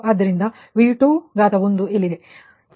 ಆದ್ದರಿಂದ V21 ಇಲ್ಲಿದೆ